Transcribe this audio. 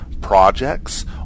projects